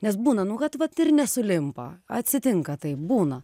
nes būna nu kad vat ir nesulimpa atsitinka taip būna